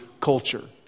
culture